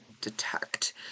detect